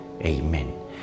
Amen